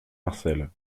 marcel